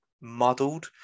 muddled